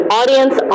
audience